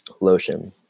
lotion